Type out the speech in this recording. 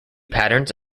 patterns